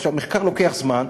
עכשיו, מחקר לוקח זמן,